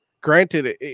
granted